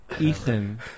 Ethan